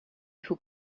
who